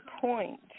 point